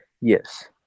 yes